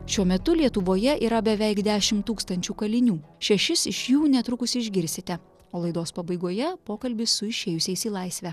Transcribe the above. šiuo metu lietuvoje yra beveik dešimt tūkstančių kalinių šešis iš jų netrukus išgirsite o laidos pabaigoje pokalbis su išėjusiais į laisvę